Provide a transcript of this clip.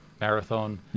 Marathon